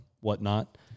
whatnot